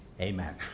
Amen